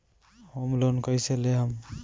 Home loan कैसे लेहम?